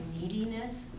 neediness